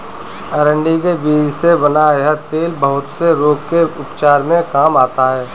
अरंडी के बीज से बना यह तेल बहुत से रोग के उपचार में काम आता है